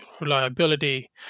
reliability